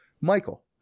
Michael